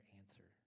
answer